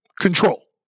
Control